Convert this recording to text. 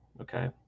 Okay